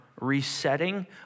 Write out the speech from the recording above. resetting